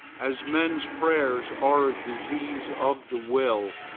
as men's prayers are a disease of the will,